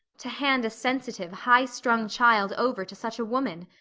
to hand a sensitive, highstrung child over to such a woman!